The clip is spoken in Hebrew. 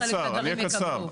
חלק מהדברים יקבלו.